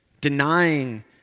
denying